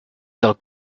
del